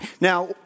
Now